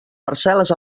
parcel·les